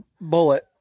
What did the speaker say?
bullet